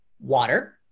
water